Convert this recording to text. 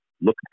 Look